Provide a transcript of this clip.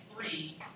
three